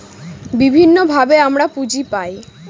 বিভিন্নভাবে আমরা পুঁজি পায়